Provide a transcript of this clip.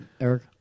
Eric